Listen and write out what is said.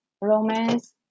romance